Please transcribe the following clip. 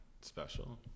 special